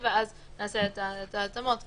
ישקול השופט גם